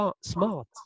smart